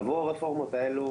עבור הרפורמות האלה,